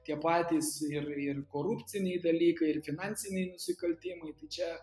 tie patys ir ir korupciniai dalykai ir finansiniai nusikaltimai tai čia